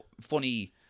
funny